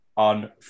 on